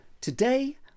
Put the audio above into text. Today